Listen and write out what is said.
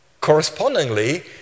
Correspondingly